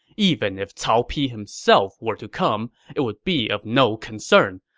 even if cao pi himself were to come, it would be of no concern,